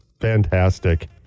fantastic